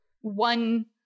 one